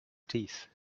teeth